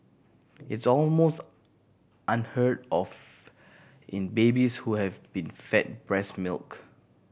it's almost unheard of in babies who have been fed breast milk